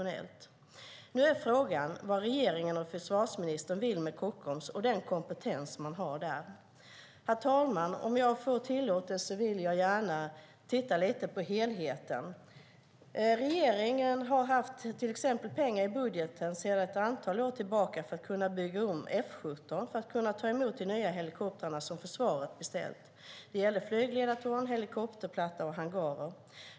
Nu är frågan vad regeringen och försvarsministern vill med Kockums och den kompetens man har där. Herr talman! Om jag får tillåtelse vill jag gärna titta lite på helheten. Regeringen har till exempel sedan ett antal år tillbaka haft pengar i budgeten för att kunna bygga om F 17 i syfte att kunna ta emot de nya helikoptrar som försvaret beställt. Det gäller flygledartorn, helikopterplatta och hangarer.